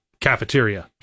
cafeteria